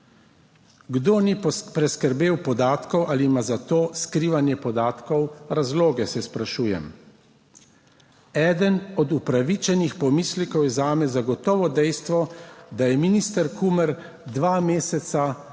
Kdo ni priskrbel podatkov ali ima za to skrivanje podatkov razloge, se sprašujem. Eden od upravičenih pomislekov je zame zagotovo dejstvo, da je minister Kumer dva meseca držal